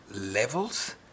levels